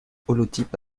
holotype